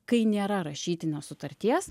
kai nėra rašytinės sutarties